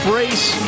race